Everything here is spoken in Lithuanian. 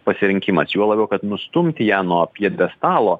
pasirinkimas juo labiau kad nustumti ją nuo pjedestalo